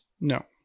No